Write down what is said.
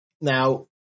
Now